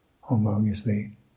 harmoniously